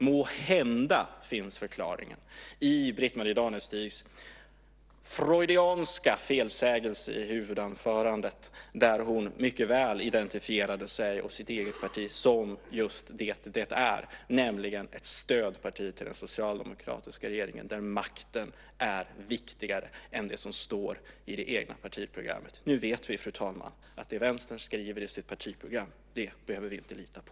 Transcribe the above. Måhända finns förklaringen i Britt-Marie Danestigs freudianska felsägning i huvudanförandet där hon identifierade sitt eget parti just som det är, nämligen ett stödparti till den socialdemokratiska regeringen där makten är viktigare än det som står i det egna partiprogrammet. Nu vet vi, fru talman, att det som Vänstern skriver i sitt partiprogram behöver vi inte lita på.